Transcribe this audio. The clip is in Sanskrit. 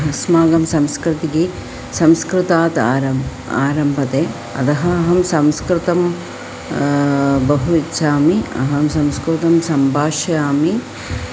अस्माकं संस्कृतिः संस्कृतात् आरब्धा आरभ्यते अतः अहं संस्कृतं बहु इच्छामि अहं संस्कृतं सम्भाषयिष्यामि